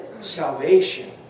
salvation